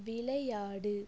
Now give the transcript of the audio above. விளையாடு